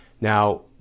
Now